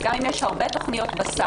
אז גם אם יש הרבה תוכניות בסל,